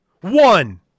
One